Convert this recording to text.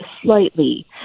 slightly